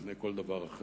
לפני כל דבר אחר.